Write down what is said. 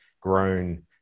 grown